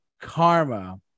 Karma